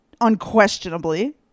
unquestionably